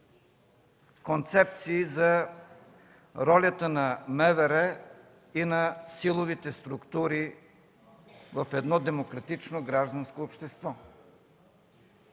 концепции за ролята на МВР и на силовите структури в едно демократично гражданско общество.